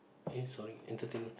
eh sorry entertainment